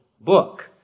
book